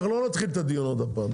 אנחנו לא נתחיל עוד פעם את הדיון,